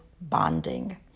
bonding